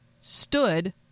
stood